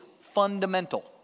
fundamental